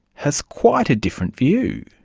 has quite a different view.